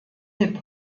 hip